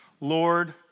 Lord